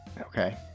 okay